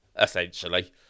essentially